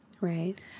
Right